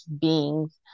beings